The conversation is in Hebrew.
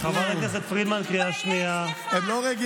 חבר הכנסת מיקי לוי.